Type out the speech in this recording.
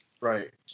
Right